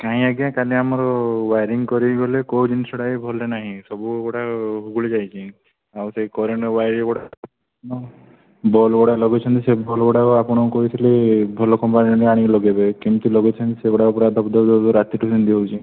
କାହିଁ ଆଜ୍ଞା କାଲି ଆମର ୱାୟେରିଙ୍ଗ କରିବି ବୋଲି କେଉଁ ଜିନିଷଟା ବି ଭଲ ନାହିଁ ସବୁ ଗୁଡ଼ାକ ହୁଗୁଳୀ ଯାଇଛି ଆଉ ସେଇ କରେଣ୍ଟ୍ ୱାୟେର୍ ବଲ୍ବ୍ ଗୁଡ଼ାକ ଲଗେଇଛନ୍ତି ସେ ବଲ୍ବ୍ ଗୁଡ଼ାକ ଆପଣଙ୍କୁ କହିଥିଲି ଭଲ କମ୍ପାନୀର ଆଣିକି ଲଗେଇବେ କିନ୍ତୁ ଲଗାଇଛନ୍ତି ସେଗୁଡ଼ାକ ପୁରା ଧବ ଧବ ଧବ ଧବ ରାତିଠୁ ସେମିତି ହେଉଛି